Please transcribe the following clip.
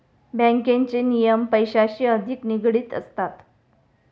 बँकेचे नियम पैशांशी अधिक निगडित असतात